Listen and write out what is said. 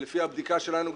ולפי הבדיקה שלנו,